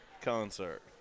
concert